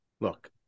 look